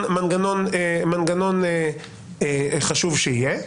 מנגנון שחשוב שיהיה.